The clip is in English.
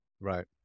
Right